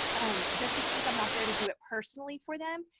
um just because i'm not there to do it personally for them.